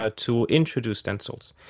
ah to introduce stencils.